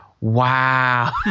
wow